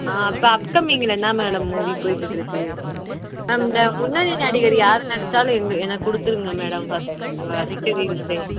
ஆ அப்போ அப் கம்மிங்கில் என்ன மேடம் மூவி போய்க்கிட்டுருக்கு மேம் இந்த முன்னணி நடிகர் யார் நடிச்சாலும் எங்கள் எனக்கு கொடுத்துருங்க மேடம் ஃபஸ்ட் ஃபஸ்ட்டு ரீல்ஸ்ஸே